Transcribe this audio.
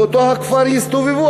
באותו הכפר יסתובבו,